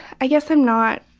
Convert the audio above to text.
i guess i'm not,